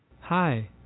Hi